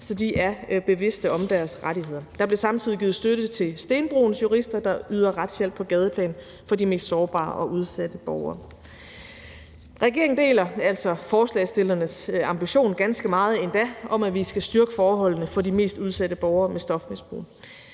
så de er bevidste om deres rettigheder. Der blev samtidig givet støtte til Stenbroens Jurister, der yder retshjælp på gadeplan for de mest sårbare og udsatte borgere. Regeringen deler altså forslagsstillernes ambition – ganske meget endda – om, at vi skal styrke forholdene for de mest udsatte borgere med stofmisbrug.